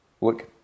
Look